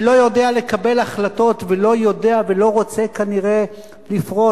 שלא יודע לקבל החלטות ולא יודע ולא רוצה כנראה לפרוט,